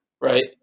right